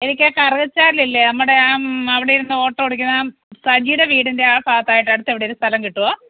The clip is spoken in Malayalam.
എനിക്ക് കറുകച്ചാലിലില്ലേ നമ്മുടെയാ അവടെയിരുന്നോട്ടോ ഓടിക്കുന്ന സജീടെ വീടിൻറ്റെയാ ഭാഗത്തായിട്ട് അടുത്തെവിടേലും സ്ഥലം കിട്ടുവോ